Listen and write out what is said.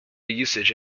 usage